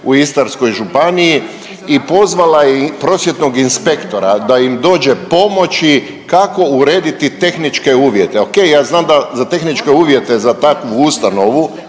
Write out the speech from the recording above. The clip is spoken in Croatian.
u Istarskoj županiji. I pozvala je prosvjetnog inspektora da im dođe pomoći kako urediti tehničke uvjete. Ok, ja znam da za tehničke uvjete, za takvu ustanovu